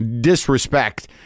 disrespect